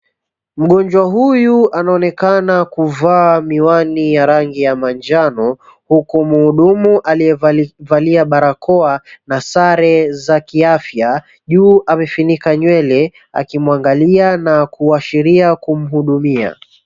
Mgonjwa huyu anaonekana kuvaa miwani ya rangi ya manjano, huku mhudumu aliyevalia barakoa na sare za kiafya juu amefinika nywele akimuangalia na kuashiria kumhudumia.